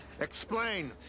Explain